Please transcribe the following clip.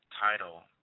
title